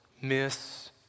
miss